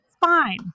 Fine